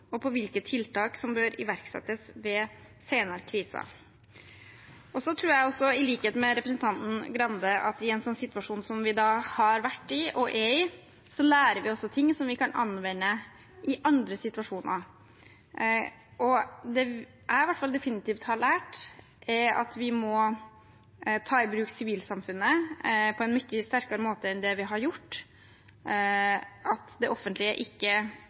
og hvilke tiltak som bør iverksettes ved senere kriser. Jeg tror, i likhet med representanten Skei Grande, at i en slik situasjon som vi har vært i og fortsatt er i, lærer vi også ting som vi kan anvende i andre situasjoner. Det jeg definitivt har lært, er at vi må ta i bruk sivilsamfunnet på en mye sterkere måte enn vi har gjort, at det offentlige ikke